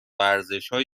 ارزشهای